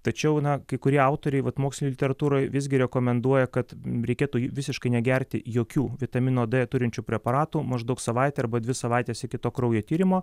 tačiau na kai kurie autoriai vat mokslinėj literatūroj visgi rekomenduoja kad reikėtų visiškai negerti jokių vitamino d turinčių preparatų maždaug savaitę arba dvi savaites iki to kraujo tyrimo